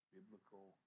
Biblical